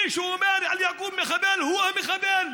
מי שאומר על יעקוב "מחבל" הוא המחבל,